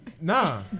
Nah